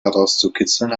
herauszukitzeln